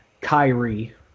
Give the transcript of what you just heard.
Kyrie